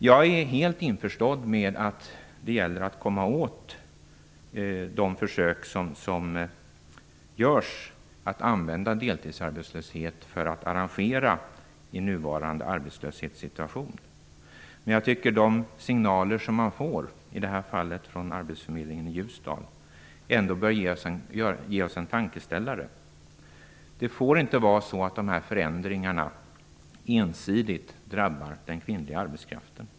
Jag är helt införstådd med de försök som görs att använda deltidsarbetslöshet för att åtgärda nuvarande arbetslöshetssituation, men jag tycker ändå att de signaler som man får, i det här fallet från arbetsförmedlingen i Ljusdal, bör ge oss en tankeställare. Det får inte vara så att dessa förändringar ensidigt drabbar den kvinnliga arbetskraften.